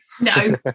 no